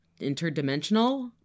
interdimensional